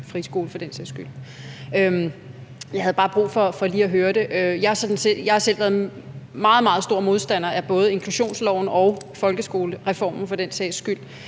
friskole for den sags skyld. Jeg havde bare brug for lige at høre det. Jeg har selv været meget, meget stor modstander af både inklusionsloven og folkeskolereformen for den sags skyld.